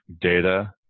data